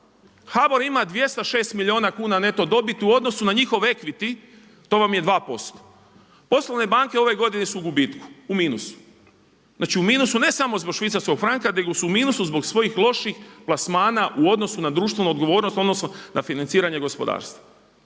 HBOR ima 206 milijuna kuna neto dobiti u odnosu na njihov equity to vam je 2%. poslovne banke u ovoj godini su u gubitku, u minusu, znači u minusu ne samo zbog švicarskog franka nego su u minusu zbog svojih loših plasmana u odnosu na društvenu odgovornost, u odnosu na financiranje gospodarstva.